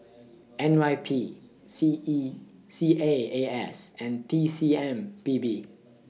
N Y P C E C A A S and T C M P B